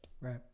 Right